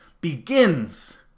begins